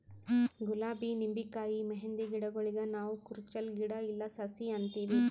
ಗುಲಾಬಿ ನಿಂಬಿಕಾಯಿ ಮೆಹಂದಿ ಗಿಡಗೂಳಿಗ್ ನಾವ್ ಕುರುಚಲ್ ಗಿಡಾ ಇಲ್ಲಾ ಸಸಿ ಅಂತೀವಿ